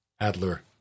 Adler